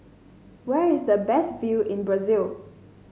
where is the best view in Brazil